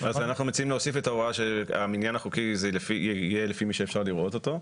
מציעים להוסיף את ההוראה שהמניין החוקי יהיה לפי מי שאפשר לראות אותו.